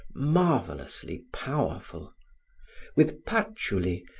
marvelously powerful with patchouli,